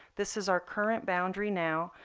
this is our current boundary now.